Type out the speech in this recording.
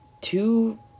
Two